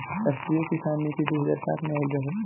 राष्ट्रीय किसान नीति दू हज़ार सात में आइल रहे